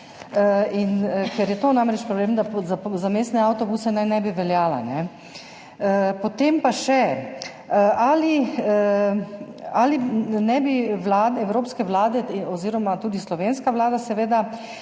Ker je namreč problem to, da za mestne avtobuse naj ne bi veljale. Potem pa še: Ali ali ne bi evropske vlade oziroma tudi slovenska vlada skozi